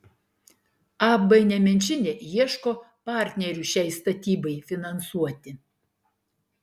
ab nemenčinė ieško partnerių šiai statybai finansuoti